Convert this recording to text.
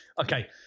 Okay